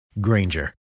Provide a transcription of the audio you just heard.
Granger